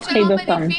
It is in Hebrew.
יש עסקים שלא מניבים.